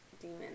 demon